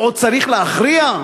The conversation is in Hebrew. הוא עוד צריך להכריע?